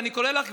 ואני קורא לך,